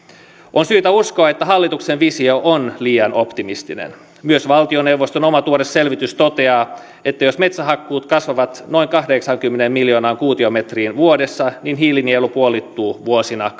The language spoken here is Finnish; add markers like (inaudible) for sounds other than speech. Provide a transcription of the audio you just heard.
on syytä uskoa että hallituksen visio on liian optimistinen myös valtioneuvoston oma tuore selvitys toteaa että jos metsähakkuut kasvavat noin kahdeksaankymmeneen miljoonaan kuutiometriin vuodessa niin hiilinielu puolittuu vuosina (unintelligible)